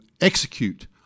execute